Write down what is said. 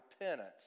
repentance